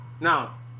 Now